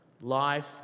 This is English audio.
Life